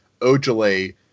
Ojale